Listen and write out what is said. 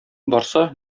барса